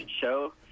show